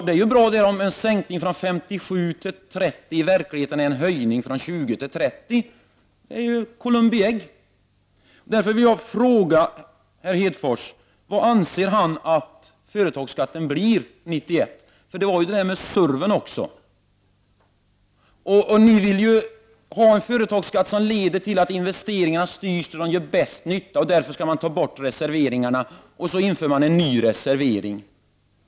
Det är ju bra: en sänkning från 57 till 30 är i verkligheten en höjning från 20 till 30 26. Det är ju Columbi ägg! Därför vill jag fråga herr Hedfors: Hur hög anser han att företagsskatten blir 1991? Vi har ju detta med SURV-en också. Ni vill ha en företagsskatt som leder till att investeringarna styrs dit där de gör den största nyttan. Därför vill ni ta bort reserveringarna och införa en ny reservering.